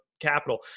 capital